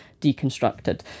deconstructed